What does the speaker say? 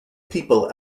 people